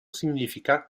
significa